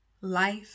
Life